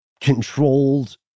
controlled